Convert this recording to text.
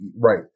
Right